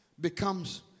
becomes